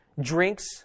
drinks